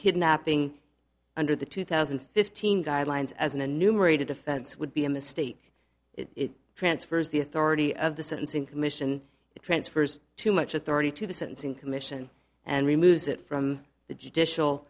kidnapping under the two thousand and fifteen guidelines as an a numerated offense would be a mistake it transfers the authority of the sentencing commission it transfers too much authority to the sentencing commission and removes it from the judicial